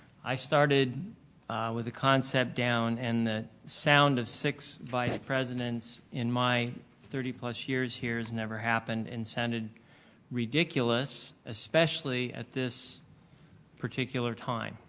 i started with the concept down and the sound of six vice presidents in my thirty plus years here has never happened and sounded ridiculous especially at this particular time,